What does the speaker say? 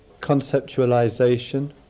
conceptualization